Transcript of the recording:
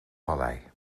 vallei